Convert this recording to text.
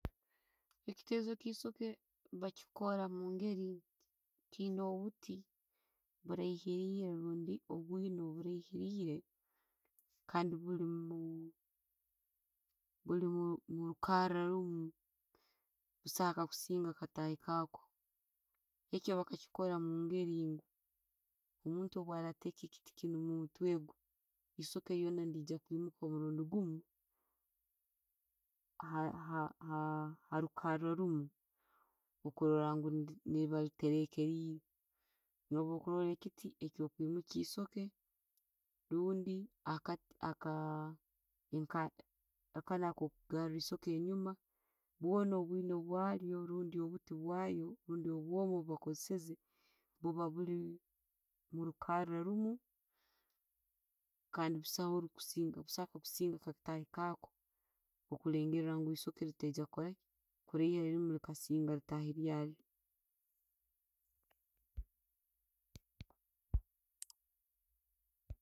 Ekitezo kyeisooke bakiikora mungeri kiyina obutti burairire orundi obwino burairire kandi buli omu- omurukara lumu, busaho kakusinga kateyi kayo, Ekyo bakikoora mungeri ngu omuntu bwateka ekiti kinu omumutwegwe, Isooke lyonna, nillijja kwimuka omurundi gumu, har- ha- harukara ruuno ne liiba literekereire no'bwokurolla ekiiti ekyo kwimukya eisooke rundi aka- nka- nka kano kokugara eisooke henjuma bwona obwiino bwayo rundi obuti bwayo bundi obwongo bwebakoeisize buba buli muru kara luumu, kandi busahorukusinga katihi kako okulengeera eisooke litaijja kukora ki, kuraila elindi lisine littahi lyayo.